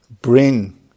bring